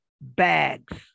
bags